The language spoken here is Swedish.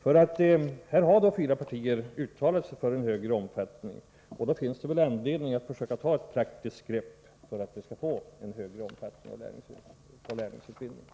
Fyra partier har uttalat sig för en större omfattning på lärlingsutbildningen, och då finns det väl anledning att försöka ta ett praktiskt grepp för att få till stånd en sådan ordning.